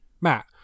Matt